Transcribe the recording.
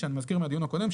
אני מזכיר מהדיון הקודם,